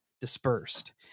dispersed